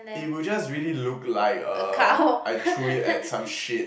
it would just really look like eh I threw it at some shit